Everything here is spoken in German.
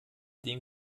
den